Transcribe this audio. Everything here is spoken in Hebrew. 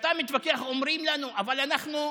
וכשאתה מתווכח, אומרים לנו: אבל אנחנו,